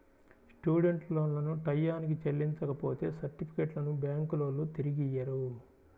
student లోన్లను టైయ్యానికి చెల్లించపోతే సర్టిఫికెట్లను బ్యాంకులోల్లు తిరిగియ్యరు